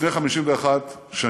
לפני 51 שנים